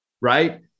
Right